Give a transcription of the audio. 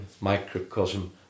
microcosm